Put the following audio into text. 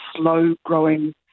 slow-growing